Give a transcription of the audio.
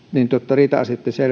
riita asioitten